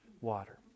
water